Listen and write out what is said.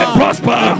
prosper